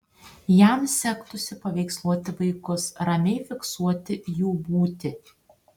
jam sektųsi paveiksluoti vaikus ramiai fiksuoti jų būtį